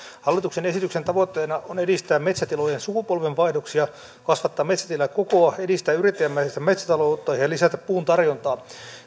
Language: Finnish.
hallituksen esityksen tavoitteena on edistää metsätilojen sukupolvenvaihdoksia kasvattaa metsätilojen kokoa edistää yrittäjämäistä metsätaloutta ja ja lisätä puun tarjontaa